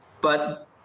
but-